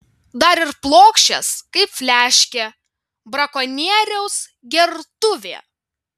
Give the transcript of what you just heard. dar ir plokščias kaip fliaškė brakonieriaus gertuvė